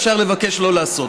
אפשר לבקש שלא לעשות.